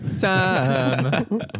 time